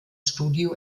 studio